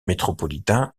métropolitain